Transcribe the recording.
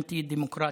אנטי-דמוקרטיים,